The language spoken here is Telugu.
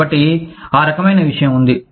కాబట్టి ఆ రకమైన విషయం ఉంది